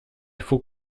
faut